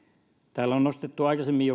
täällä on nostettu jo aikaisemmin